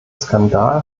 skandal